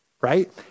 right